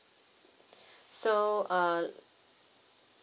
so uh